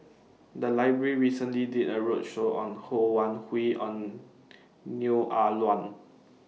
The Library recently did A roadshow on Ho Wan Hui and Neo Ah Luan